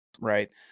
Right